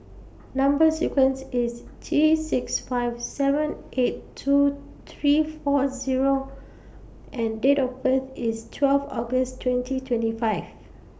Number sequence IS T six five seven eight two three four Zero and Date of birth IS twelve August twenty twenty five